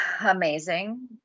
amazing